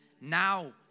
Now